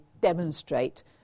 demonstrate